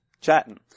chatting